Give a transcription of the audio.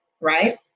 right